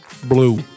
Blue